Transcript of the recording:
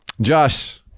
Josh